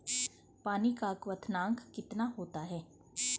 पानी का क्वथनांक कितना होता है?